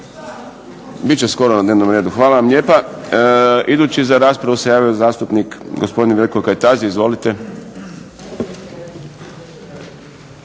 Bit će skoro na dnevnom redu. Hvala vam lijepa. Idući za raspravu se javio zastupnik gospodin Veljko Kajtazi. Izvolite.